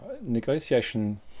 Negotiation